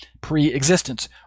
pre-existence